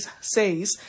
says